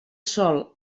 sòl